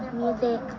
music